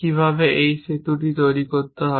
কীভাবে এই সেতুটি তৈরি করতে হবে